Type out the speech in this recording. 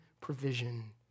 provision